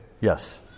Yes